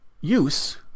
use